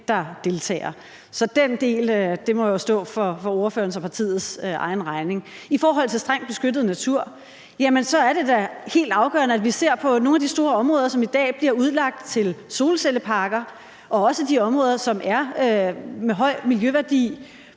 der deltager. Den del må jo stå for ordførerens og partiets egen regning. I forhold til strengt beskyttet natur er det da helt afgørende, at vi ser på nogle af de store områder, som i dag bliver udlagt til solcelleparker, og også de områder, som har høj miljøværdi.